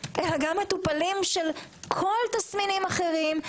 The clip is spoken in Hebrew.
אלא גם מטופלים של כל תסמינים אחרים,